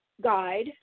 guide